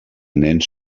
nens